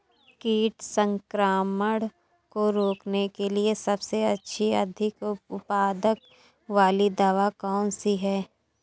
कीट संक्रमण को रोकने के लिए सबसे अच्छी और अधिक उत्पाद वाली दवा कौन सी है?